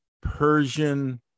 Persian